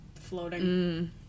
floating